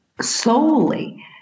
solely